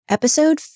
Episode